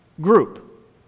group